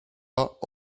pas